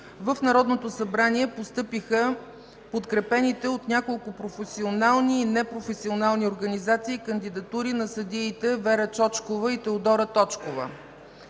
в Народното събрание постъпиха подкрепените от няколко професионални и непрофесионални организации кандидатури на съдиите Вера Чочкова и Теодора Точкова.